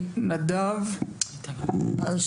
מטה מאבק חינוך,